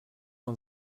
man